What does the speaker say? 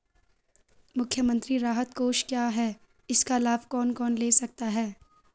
मुख्यमंत्री राहत कोष क्या है इसका लाभ कौन कौन ले सकता है?